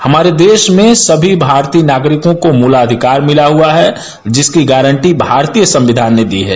हमारे देश में सभी भारतीय नागरिकों को मूलाधिकार मिला हुआ है जिसकी गारन्दी भारतीय संकिधान ने दी है